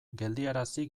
geldiarazi